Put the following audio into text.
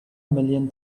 million